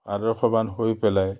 আদৰ্শবান হৈ পেলাই